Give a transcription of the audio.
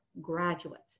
graduates